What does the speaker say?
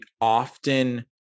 often